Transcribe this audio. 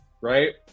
right